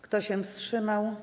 Kto się wstrzymał?